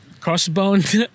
crossbones